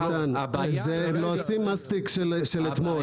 לועסים מסטיק של אתמול.